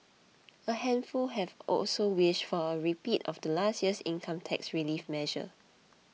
a handful have also wished for a repeat of last year's income tax relief measure